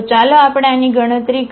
તો ચાલો આપણે આની ગણતરી કરીએ